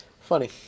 funny